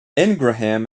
ingraham